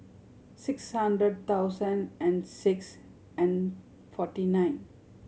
six hundred thousand and six and forty nine